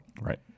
Right